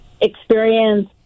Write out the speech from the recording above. experience